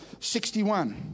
61